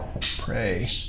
Pray